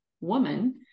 woman